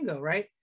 right